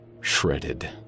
shredded